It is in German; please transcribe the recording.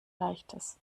leichtes